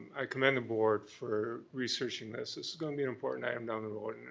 i commend the board for researching this. this is gonna be an important item down the road. and